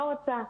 לא רוצה,